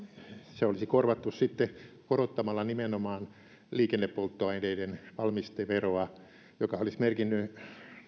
se olisi korvattu sitten korottamalla nimenomaan liikennepolttoaineiden valmisteveroa joka olisi merkinnyt